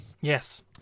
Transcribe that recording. Yes